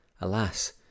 alas